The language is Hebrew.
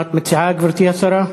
מה את מציעה, גברתי השרה?